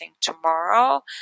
Tomorrow